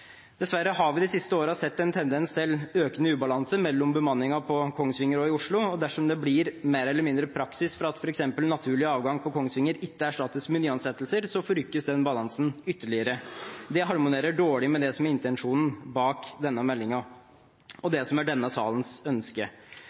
Dessverre har vi de siste årene sett en tendens til økende ubalanse mellom bemanningen på Kongsvinger og i Oslo. Dersom det blir mer eller mindre praksis at naturlig avgang på Kongsvinger ikke erstattes med nyansettelser, forrykkes den balansen ytterligere. Det harmonerer dårlig med det som er intensjonen bak denne meldingen, og det som er denne salens ønske.